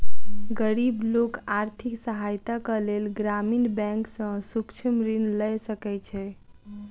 गरीब लोक आर्थिक सहायताक लेल ग्रामीण बैंक सॅ सूक्ष्म ऋण लय सकै छै